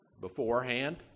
beforehand